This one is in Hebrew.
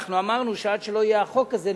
ואנחנו אמרנו שעד שלא יהיה החוק הזה,